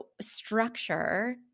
structure